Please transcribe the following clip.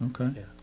Okay